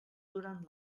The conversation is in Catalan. durant